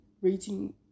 rating